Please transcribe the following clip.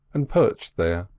and perched there,